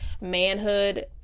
manhood